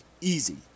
Easy